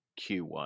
Q1